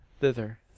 thither